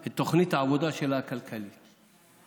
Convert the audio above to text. את תוכנית העבודה הכלכלית שלה.